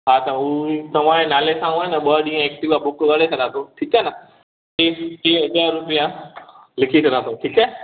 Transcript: हा त हू तव्हांजे नाले सां हूअ आहे न ॿ ॾींहं एक्टीवा बुक करे छॾियां थो ठीकु आहे न टे टे हज़ार रुपिया लिखी छॾियां थो ठीकु आहे